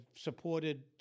supported